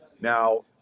Now